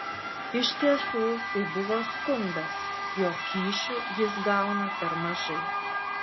iš tiesų tai buvo skundas jog kyšių jis gauna per mažai